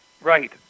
Right